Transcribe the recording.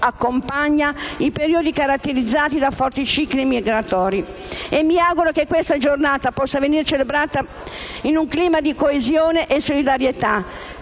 accompagna i periodi caratterizzati da forti cicli migratori. Mi auguro che questa giornata possa venir celebrata in un clima di coesione e solidarietà,